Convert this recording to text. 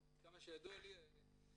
אבל עד כמה שידוע לי אין